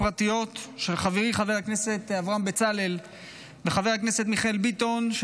פרטיות של חבריי חברי הכנסת אברהם בצלאל וחבר הכנסת מיכאל ביטון,